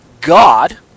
God